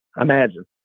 Imagine